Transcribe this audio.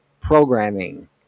programming